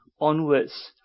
onwards